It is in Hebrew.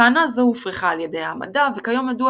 טענה זו הופרכה על ידי המדע וכיום ידוע